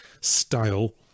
style